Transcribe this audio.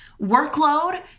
workload